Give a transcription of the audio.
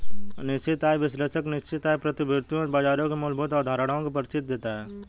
निश्चित आय विश्लेषण निश्चित आय प्रतिभूतियों और बाजारों की मूलभूत अवधारणाओं का परिचय देता है